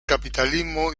capitalismo